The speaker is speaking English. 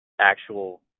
actual